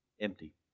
empty